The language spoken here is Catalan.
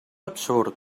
absurd